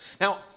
Now